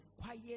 quiet